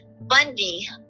Bundy